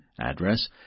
address